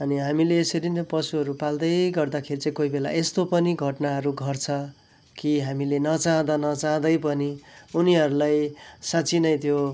अनि हामीले यसरी नै पशुहरू पाल्दै गर्दाखेरि चाहिँ कोही बेला यस्तो पनि घट्नाहरू घट्छ कि हामीले नचाहँदा नचाहँदै पनि उनीहरूलाई साँच्चि नै त्यो